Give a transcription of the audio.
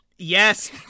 Yes